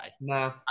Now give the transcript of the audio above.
No